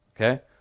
okay